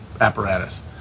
apparatus